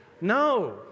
No